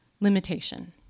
limitation